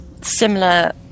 similar